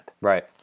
Right